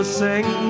sing